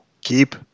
keep